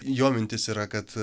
jo mintis yra kad